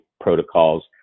protocols